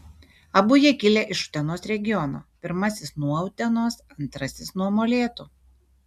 abu jie kilę iš utenos regiono pirmasis nuo utenos antrasis nuo molėtų